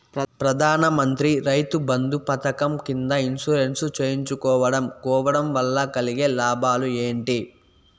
ప్రధాన మంత్రి రైతు బంధు పథకం కింద ఇన్సూరెన్సు చేయించుకోవడం కోవడం వల్ల కలిగే లాభాలు ఏంటి?